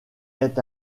est